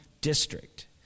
district